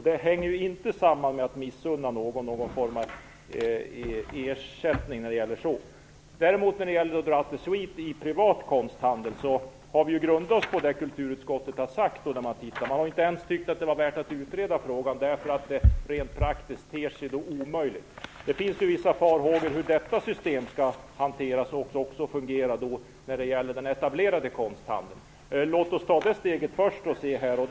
Det handlar alltså inte om att missunna någon en ersättning. När det gäller droit de suite i privat konsthandel har vi grundat oss på det som har sagts från kulturutskottet. Man ansåg det inte värt att ens utreda frågan, därför att det rent praktiskt ter sig omöjligt. Det finns ju vissa farhågor om hur detta system skall hanteras och hur det skall fungera när det gäller den etablerade konsthandeln. Låt oss ta detta steg först och sedan avvakta.